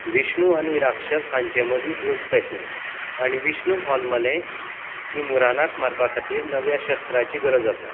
विष्णू आनी राक्षस हांचे मदीं झूज पेटलें आनी विष्णूक होलमलें की मुरानाक मारपा खातीर नव्या शस्त्राची गरज आसा